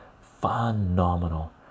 phenomenal